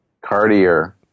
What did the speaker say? Cartier